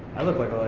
i look like